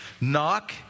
Knock